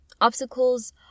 Obstacles